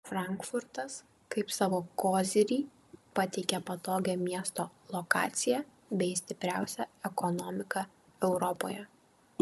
frankfurtas kaip savo kozirį pateikia patogią miesto lokaciją bei stipriausią ekonomiką europoje